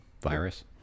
virus